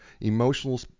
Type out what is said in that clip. emotional